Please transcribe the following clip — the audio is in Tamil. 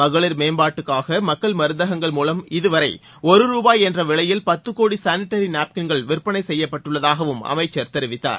மகளிர் மேம்பாட்டுக்காக மக்கள் மருந்தகங்கள் மூலம் இதுவரை ஒரு ரூபாய் என்ற விலையில் பத்து கோடி சானிடரி நாப்தின்கள் விற்பனை செய்யப்பட்டுள்ளதாகவும் அமைச்சர் தெரிவித்தார்